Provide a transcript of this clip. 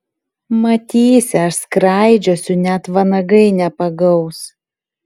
matysi aš skraidžiosiu net vanagai nepagaus